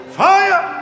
fire